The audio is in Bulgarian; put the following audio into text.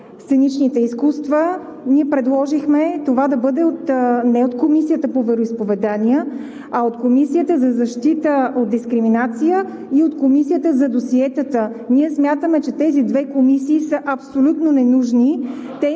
сценичните изкуства. Ние предложихме това да бъде не от Комисията по вероизповеданията, а от Комисията за защита от дискриминация и от Комисията за досиетата. Смятаме, че тези две комисии са абсолютно ненужни.